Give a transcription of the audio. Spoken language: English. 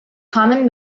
common